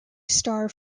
star